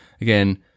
again